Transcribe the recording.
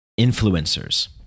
influencers